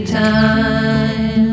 time